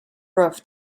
roof